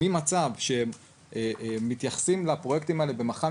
ממצב שבו הם מתייחסים לפרויקטים האלה במח"מים